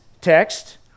text